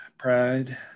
Pride